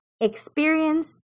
Experience